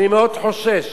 אני חושש